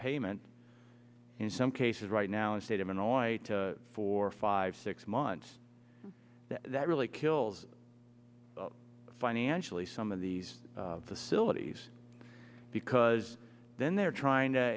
payment in some cases right now in a state of annoyed for five six months that really kills financially some of these facilities because then they're trying to